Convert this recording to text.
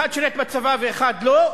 אחד שירת בצבא ואחד לא,